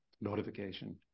notification